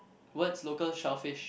words local selfish